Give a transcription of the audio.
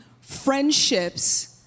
friendships